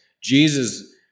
Jesus